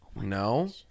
no